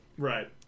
Right